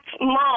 mom